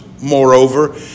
moreover